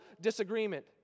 disagreement